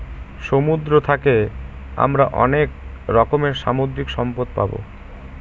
সমুদ্র থাকে আমরা অনেক রকমের সামুদ্রিক সম্পদ পাবো